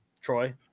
Troy